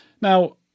Now